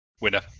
Winner